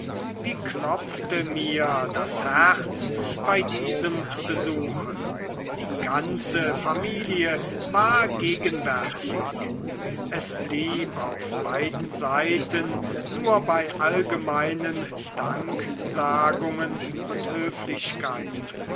wie klopfte mir das herz bei diesem besuche die ganze familie war gegenwärtig es blieb auf beiden seiten nur bei allgemeinen danksagungen und höflichkeiten